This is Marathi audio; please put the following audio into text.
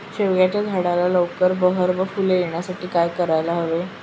शेवग्याच्या झाडाला लवकर बहर व फूले येण्यासाठी काय करायला हवे?